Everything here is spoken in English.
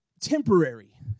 temporary